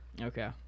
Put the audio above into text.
Okay